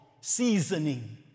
seasoning